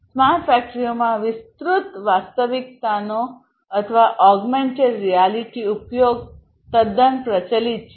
smart ફેક્ટરીઓમાં વિસ્તૃત વાસ્તવિકતાનો ઓગમેન્ટેડ રિયાલિટી ઉપયોગ તદ્દન પ્રચલિત છે